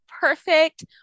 perfect